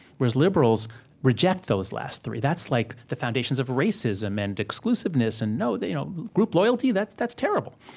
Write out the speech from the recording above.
whereas liberals reject those last three that's, like, the foundations of racism and exclusiveness. and no, they you know group loyalty? that's that's terrible.